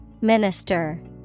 Minister